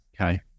Okay